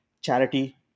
charity